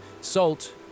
Salt